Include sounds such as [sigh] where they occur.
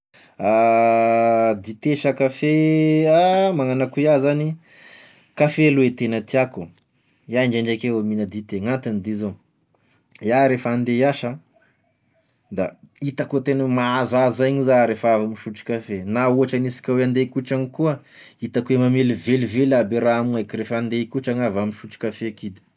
[hesitation] Dité sa kafé, ah magnano akone iaho zany kafe aloha e tena tiàko, iaho ndraindraiky avao mihigna dite, gn'antony de zao, iaho refa ande hiasa da hitako a tena mahazoazo aigny za refa avy misotro kafe, na ohatra hanisika hoe ande hikotragna koa ah hitako hoe mamelivelively aby raha ame aiko refa ande hikotrana ah avy nisotro kafe.